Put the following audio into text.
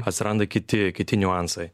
atsiranda kiti kiti niuansai